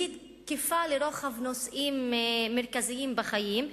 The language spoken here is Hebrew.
והיא תקפה לרוחב נושאים מרכזיים בחיים,